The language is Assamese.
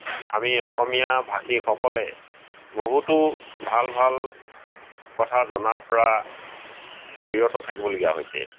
আমি অসমীয়া ভাষীসকলে বহুতো ভাল ভাল কথা জনাৰ পৰা বিৰত থাকিবলগীয়া হৈছে